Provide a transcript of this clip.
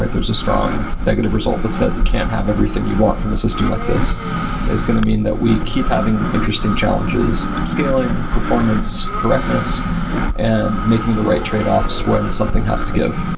there's a strong negative result that says you can't have everything you'd want from a system like this is going to mean that we keep having interesting challenges scaling, performance, correctness and making the right tradeoffs when something has to give.